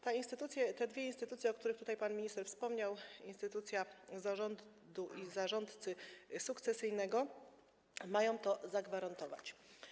Te dwie instytucje, o których tutaj pan minister wspomniał, instytucja zarządu i zarządcy sukcesyjnego, mają to zagwarantować.